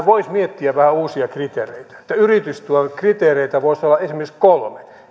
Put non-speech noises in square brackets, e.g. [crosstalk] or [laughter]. [unintelligible] voisi miettiä vähän uusia kriteereitä yritystuen kriteereitä voisi olla esimerkiksi kolme